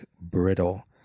Brittle